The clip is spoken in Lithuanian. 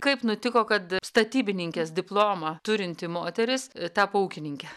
kaip nutiko kad statybininkės diplomą turinti moteris tapo ūkininke